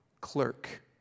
clerk